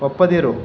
ಒಪ್ಪದಿರು